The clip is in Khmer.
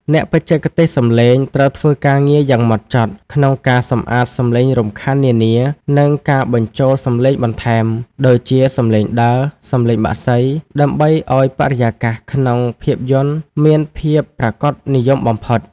អ្នកបច្ចេកទេសសំឡេងត្រូវធ្វើការងារយ៉ាងម៉ត់ចត់ក្នុងការសម្អាតសំឡេងរំខាននានា និងការបញ្ចូលសំឡេងបន្ថែម (ដូចជាសំឡេងដើរ សំឡេងបក្សី) ដើម្បីឱ្យបរិយាកាសក្នុងភាពយន្តមានភាពប្រាកដនិយមបំផុត។